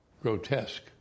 grotesque